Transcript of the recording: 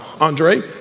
Andre